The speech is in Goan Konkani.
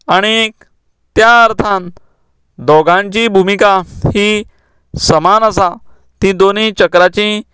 आनीक त्या अर्थान दोगांची भुमीका ही समान आसा तीं दोनूय चक्राचीं